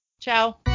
Ciao